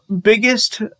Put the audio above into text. biggest